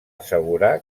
assegurar